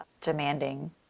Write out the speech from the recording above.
demanding